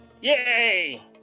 Yay